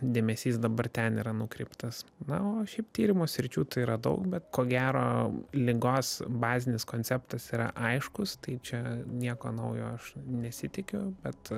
dėmesys dabar ten yra nukreiptas na o šiaip tyrimo sričių tai yra daug bet ko gero ligos bazinis konceptas yra aiškus tai čia nieko naujo aš nesitikiu bet